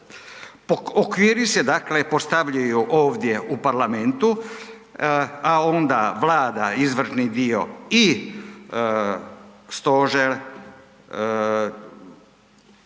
Okviri se, dakle postavljaju ovdje u parlamentu, a onda Vlada izvršni dio i stožer